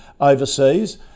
overseas